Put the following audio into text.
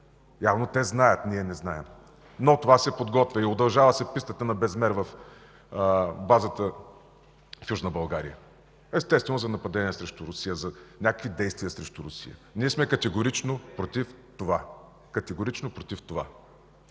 Явно те знаят – ние не знаем. Но това се подготвя, удължава се пистата на Безмер – базата в Южна България, естествено за нападение срещу Русия, за някакви действия срещу Русия. Ние сме категорично против това, категорично против това!